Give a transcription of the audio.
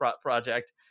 project